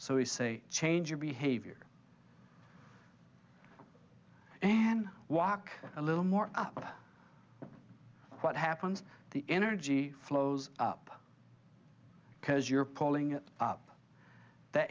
so we say change your behavior and walk a little more up what happens the energy flows up because you're pulling up the